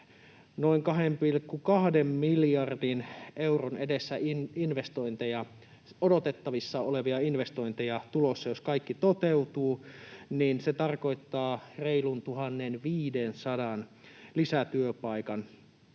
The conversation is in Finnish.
noin 2,2 miljardin euron edestä investointeja. Jos kaikki toteutuvat, niin se tarkoittaa reilun 1 500 lisätyöpaikan